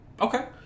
Okay